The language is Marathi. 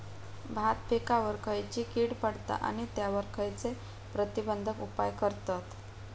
भात पिकांवर खैयची कीड पडता आणि त्यावर खैयचे प्रतिबंधक उपाय करतत?